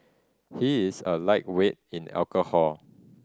he is a lightweight in alcohol